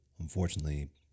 Unfortunately